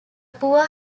poor